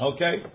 Okay